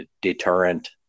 deterrent